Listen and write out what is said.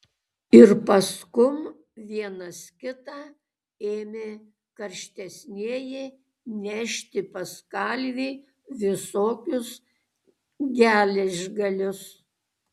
ir paskum vienas kitą ėmė karštesnieji nešti pas kalvį visokius geležgalius